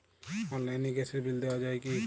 অনলাইনে গ্যাসের বিল দেওয়া যায় কি?